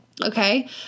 Okay